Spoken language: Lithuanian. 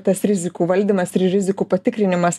tas rizikų valdymas ir rizikų patikrinimas